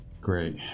Great